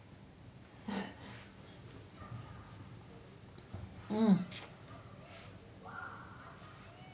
mm